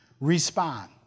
Respond